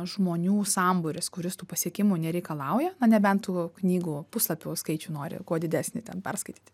žmonių sambūris kuris tų pasiekimų nereikalauja na nebent tų knygų puslapių skaičių nori kuo didesnį ten perskaityti